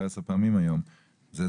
כפי שאמרתי היום כבר 10 פעמים,